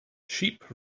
sheep